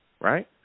right